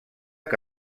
que